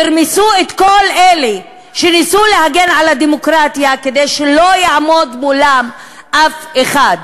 ירמסו את כל אלה שניסו להגן על הדמוקרטיה כדי שלא יעמוד מולם אף אחד.